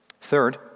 Third